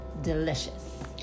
delicious